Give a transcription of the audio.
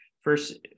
first